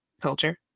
Culture